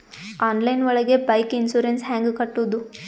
Online ಒಳಗೆ bike insurance ಹ್ಯಾಂಗ್ ಕಟ್ಟುದು?